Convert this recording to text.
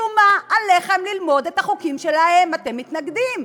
שומה עליכם ללמוד את החוקים שלהם אתם מתנגדים.